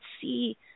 see